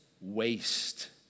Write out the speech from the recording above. waste